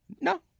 No